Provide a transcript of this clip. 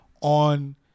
on